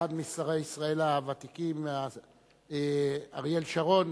אחד משרי ישראל הוותיקים, אריאל שרון,